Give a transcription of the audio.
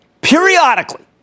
Periodically